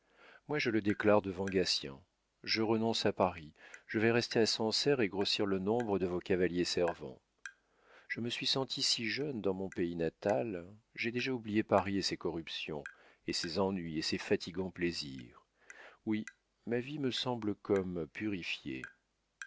moi je le déclare devant gatien je renonce à paris je vais rester à sancerre et grossir le nombre de vos cavaliers servants je me suis senti si jeune dans mon pays natal j'ai déjà oublié paris et ses corruptions et ses ennuis et ses fatigants plaisirs oui ma vie me semble comme purifiée